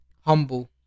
humble